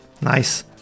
Nice